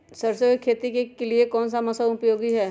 सरसो की खेती के लिए कौन सा मौसम उपयोगी है?